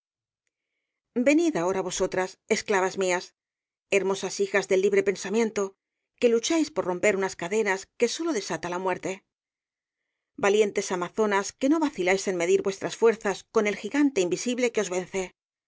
venid ahora vosotras esclavas mías hermosas hijas del libre pensamiento que lucháis por romper unas cadenas que sólo desata la muerte valientes amazonas que no vaciláis en medir vuestras fuerzas con el gigante invisible que